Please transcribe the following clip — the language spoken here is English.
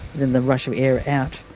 the rush of air out.